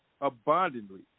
abundantly